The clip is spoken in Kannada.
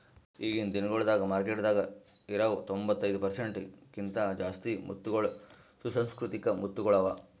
ಈಗಿನ್ ದಿನಗೊಳ್ದಾಗ್ ಮಾರ್ಕೆಟದಾಗ್ ಇರವು ತೊಂಬತ್ತೈದು ಪರ್ಸೆಂಟ್ ಕಿಂತ ಜಾಸ್ತಿ ಮುತ್ತಗೊಳ್ ಸುಸಂಸ್ಕೃತಿಕ ಮುತ್ತಗೊಳ್ ಅವಾ